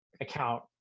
account